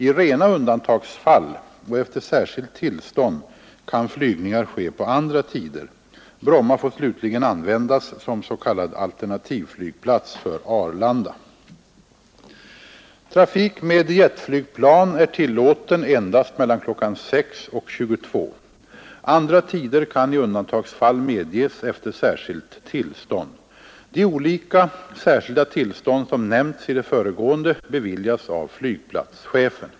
I rena undantagsfall och efter särskilt tillstånd kan flygningar ske på andra tider. Bromma får slutligen användas som s.k. alternativflygplats för Arlanda. Trafik med jetflygplan är tillåten endast mellan kl. 6 och 22. Andra tider kan i undantagsfall medges efter särskilt tillstånd. De olika särskilda tillstånd som nämnts i det föregående beviljas av flygplatschefen.